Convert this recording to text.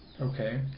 Okay